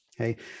okay